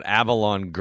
avalon